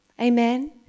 Amen